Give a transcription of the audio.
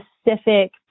specific